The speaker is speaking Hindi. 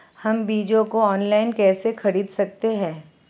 हम बीजों को ऑनलाइन कैसे खरीद सकते हैं?